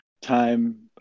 time